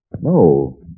No